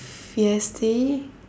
feisty